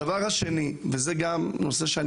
דבר שני, העניין של הכרטיסים.